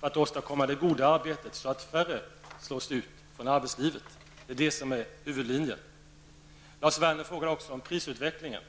det goda arbete som gör att färre slås ut från arbetslivet. Det är huvudlinjen. Lars Werner frågade också om prisutvecklingen.